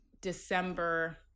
December